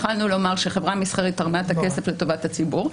יכולנו לומר שחברה מסחרית תרמה את הכסף לטובת הציבור.